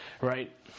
right